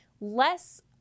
less